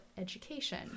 education